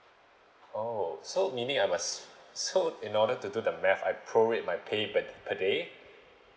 oh so meaning I'm a so in order to do the math I prorate my pay per per day